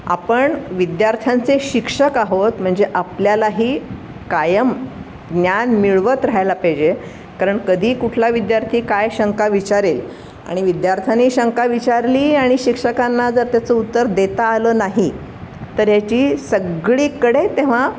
आपण विद्यार्थ्यांचे शिक्षक आहोत म्हणजे आपल्यालाही कायम ज्ञान मिळवत राहायला पाहिजे कारण कधी कुठला विद्यार्थी काय शंका विचारेल आणि विद्यार्थ्यांनी शंका विचारली आणि शिक्षकांना जर त्याचं उत्तर देता आलं नाही तर ह्याची सगळीकडे तेव्हा